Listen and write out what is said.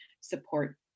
support